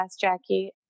Jackie